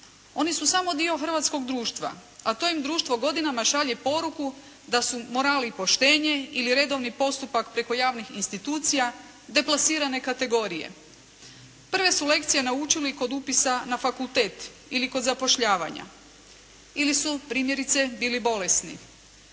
Oni su samo dio hrvatskog društva a to im društvo godinama šalje poruku da su moral i poštenje ili redovni postupak preko javnih institucija deplasirane kategorije. Prve su lekcije naučili kod upisa na fakultet ili kod zapošljavanja. Ili su primjerice bili bolesni.